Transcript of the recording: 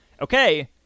okay